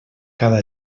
cada